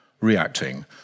reacting